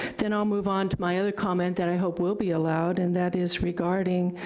then i'll move on to my other comment that i hope will be allowed, and that is regarding